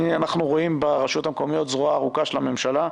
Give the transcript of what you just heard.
אנחנו רואים ברשויות המקומיות זרוע ארוכה של הממשלה,